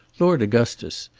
lord augustus,